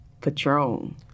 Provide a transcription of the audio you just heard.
Patron